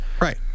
Right